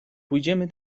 pójdziemy